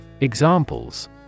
Examples